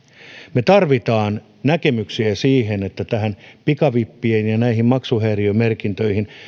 me tarvitsemme näkemyksiä siihen että pikavippien ja maksuhäiriömerkintöjen osalta